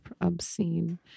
obscene